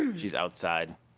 she's outside.